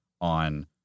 on